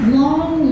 long